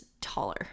taller